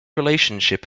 relationship